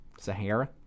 Sahara